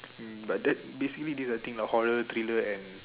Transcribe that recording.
mm but that basically these are the things like horror thriller and